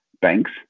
Banks